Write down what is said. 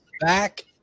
back